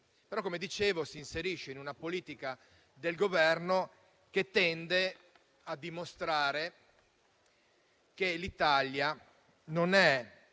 provvedimento si inserisce in una politica del Governo che tende a dimostrare che l'Italia non è